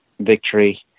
victory